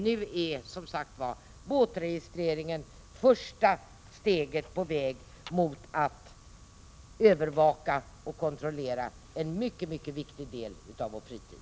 Nu är, som sagt var, båtregistreringen det första steget på väg mot att övervaka och kontrollera en mycket viktig del av vår fritid.